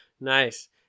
Nice